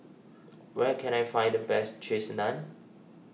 where can I find the best Cheese Naan